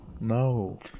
No